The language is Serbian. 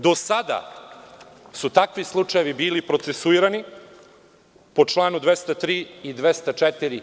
Do sada su takvi slučajevi bili procesuirani po čl. 203. i 204.